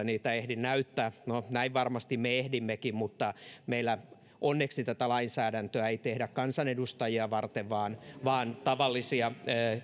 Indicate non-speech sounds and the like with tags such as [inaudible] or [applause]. [unintelligible] niitä ehdi näyttämään no näin varmasti me ehdimmekin mutta meillä onneksi tätä lainsäädäntöä ei tehdä kansanedustajia varten vaan vaan tavallisia